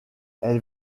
elle